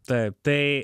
taip tai